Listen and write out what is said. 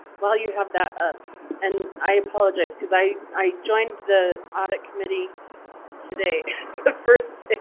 while you have that up and i apologize cause i i joined the audit committee today the first